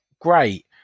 Great